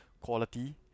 quality